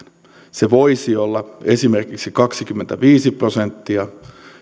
se voisi olla esimerkiksi kaksikymmentäviisi prosenttia